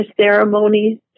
ceremonies